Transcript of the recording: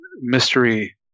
mystery